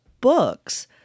books